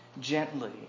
gently